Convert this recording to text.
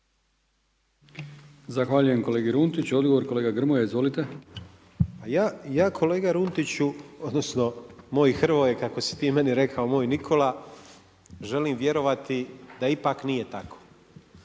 Zahvaljujem kolegi Runtiću. Odgovor kolega Grmoja. Izvolite. **Grmoja, Nikola (MOST)** Ja kolega Runtiću, odnosno moj Hrvoje kako si ti meni rekao moj Nikola želim vjerovati da ipak nije tako.